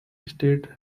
estate